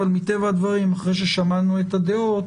אבל מטבע הדברים אחרי ששמענו את הדעות,